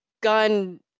gun